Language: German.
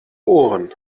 ohren